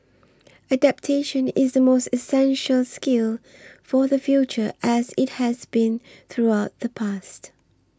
adaptation is the most essential skill for the future as it has been throughout the past